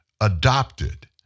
adopted